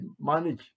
manage